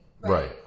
right